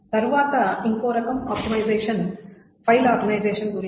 తరువాత ఇంకో రకం ఆప్టిమైజేషన్ ఫైల్ ఆర్గనైజేషన్ గురించి